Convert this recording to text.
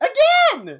Again